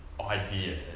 idea